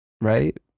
right